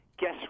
guess